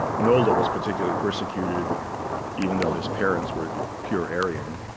nolde was particularly persecuted even though his parents were pure aryan.